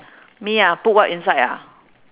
me ah put what inside ah